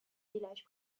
village